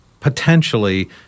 potentially